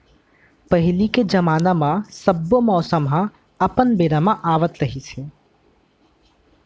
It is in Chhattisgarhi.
पहिली के जमाना म सब्बो मउसम ह अपन बेरा म आवत रिहिस हे